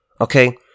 Okay